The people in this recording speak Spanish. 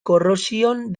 corrosión